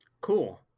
Cool